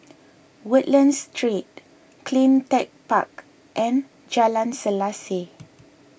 Woodlands Street CleanTech Park and Jalan Selaseh